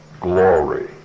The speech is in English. glory